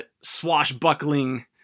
swashbuckling